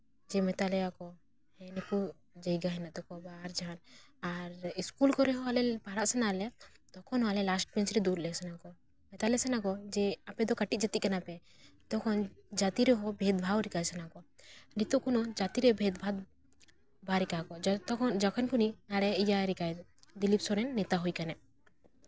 ᱡᱮ ᱢᱮᱛᱟ ᱞᱮᱭᱟ ᱠᱚ ᱱᱩᱠᱩ ᱡᱟᱭᱜᱟ ᱦᱮᱱᱟᱜ ᱛᱟᱠᱚᱣᱟ ᱟᱵᱟᱨ ᱡᱟ ᱤᱥᱠᱩᱞ ᱠᱚᱨᱮ ᱦᱚᱸ ᱟᱞᱮ ᱯᱟᱲᱦᱟᱜ ᱥᱟᱱᱟ ᱞᱮᱭᱟ ᱛᱚᱠᱷᱚᱱ ᱦᱚᱸ ᱟᱞᱮ ᱞᱟᱥᱴ ᱵᱮᱧᱪ ᱨᱮ ᱫᱩᱲᱩᱵ ᱞᱟᱹᱭ ᱥᱟᱱᱟ ᱠᱚᱣᱟ ᱢᱮᱛᱟᱞᱮ ᱥᱟᱱᱟ ᱠᱚᱣᱟ ᱟᱯᱮ ᱫᱚ ᱡᱮ ᱟᱯᱮ ᱫᱚ ᱠᱟᱹᱴᱤᱡ ᱡᱟᱹᱛᱤ ᱠᱟᱱᱟᱯᱮ ᱛᱚᱠᱷᱚᱱ ᱡᱟᱹᱛᱤ ᱨᱮᱦᱚᱸ ᱵᱷᱮᱫᱽ ᱵᱷᱟᱶ ᱥᱟᱱᱟ ᱠᱚᱣᱟ ᱱᱤᱛᱚᱜ ᱠᱚᱱᱳ ᱡᱟᱹᱛᱤᱨᱮ ᱵᱷᱮᱫᱽ ᱵᱷᱟᱫ ᱵᱟᱭ ᱨᱮᱠᱟ ᱠᱚᱣᱟ ᱡᱚᱛᱚ ᱠᱷᱚᱱ ᱡᱚᱠᱷᱚᱱ ᱩᱱᱤ ᱟᱲᱮ ᱤᱭᱟᱹ ᱨᱮᱠᱟᱭ ᱫᱟᱭ ᱫᱤᱞᱤᱯ ᱥᱚᱨᱮᱱ ᱱᱮᱛᱟ ᱦᱩᱭ ᱠᱟᱱᱟᱭ